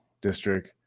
district